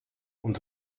und